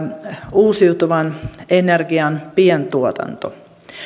uusiutuvan energian pientuotanto